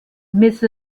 mrs